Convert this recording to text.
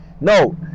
No